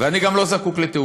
ואני גם לא זקוק לתעודות.